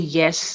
yes